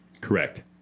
Correct